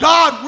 God